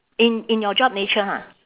in in your job nature ha